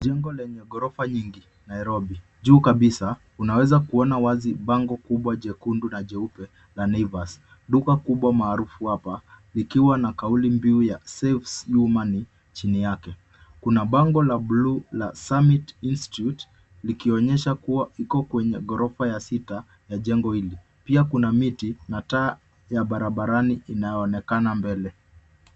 Jengo lenye ghorofa nyingi, Nairobi. Juu kabisa, unaweza kuona wazi bango kubwa jekundu na jeupe la Naivas. Duka kubwa maarufu hapa, likiwa na kauli mbiu ya save you money chini yake. Kuna bango la blue la Summit Institute, likionyesha kua iko kwenye ghorofa ya sita ya jengo hili. Pia kuna miti na taa ya barabarani inayooekana mbele.